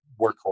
workhorse